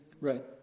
Right